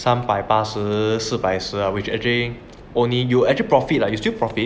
三百八十四白十 lah which actually only you actually profit lah you still profit